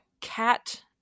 cat